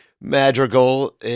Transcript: Madrigal